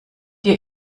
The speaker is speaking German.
dir